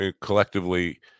collectively